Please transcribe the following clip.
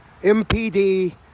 MPD